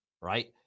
right